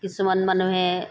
কিছুমান মানুহে